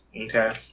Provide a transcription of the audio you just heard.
okay